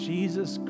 Jesus